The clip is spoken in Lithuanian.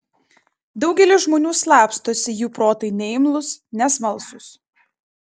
daugelis žmonių slapstosi jų protai neimlūs nesmalsūs